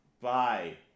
bye